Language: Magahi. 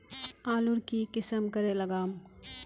आलूर की किसम करे लागम?